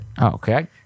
okay